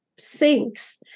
sinks